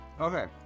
Okay